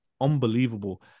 unbelievable